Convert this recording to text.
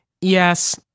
Yes